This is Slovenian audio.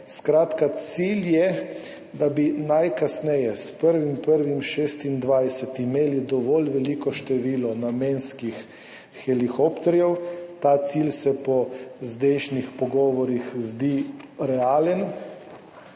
Skratka, cilj je, da bi imeli najkasneje s 1. 1. 2026 dovolj veliko število namenskih helikopterjev. Ta cilj se po zdajšnjih pogovorih zdi realen,